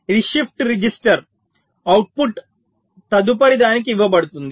ఇది shift register output తదుపరిదానికి ఇవ్వబడుతుంది